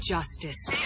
Justice